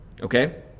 okay